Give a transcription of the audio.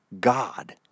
God